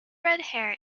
redhair